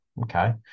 Okay